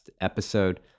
episode